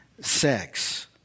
sex